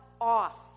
off